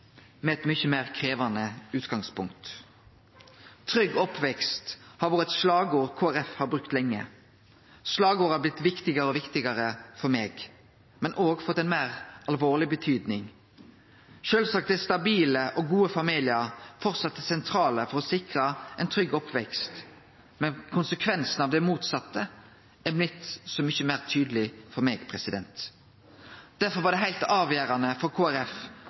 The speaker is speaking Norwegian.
med eit mykje meir krevjande utgangspunkt. Trygg oppvekst har vore eit slagord Kristeleg Folkeparti har brukt lenge. Slagordet har blitt viktigare og viktigare for meg, men òg fått ei meir alvorleg tyding. Sjølvsagt er stabile og gode familiar framleis det sentrale for å sikre ein trygg oppvekst, men konsekvensen av det motsette er blitt så mykje meir tydeleg for meg. Derfor var det heilt avgjerande for